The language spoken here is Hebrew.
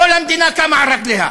כל המדינה קמה על רגליה.